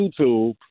YouTube